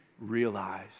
realize